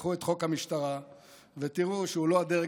תפתחו את חוק המשטרה ותראו שהוא לא הדרג